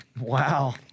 Wow